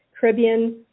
Caribbean